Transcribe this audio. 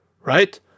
right